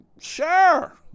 sure